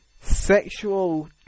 ...sexual